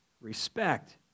respect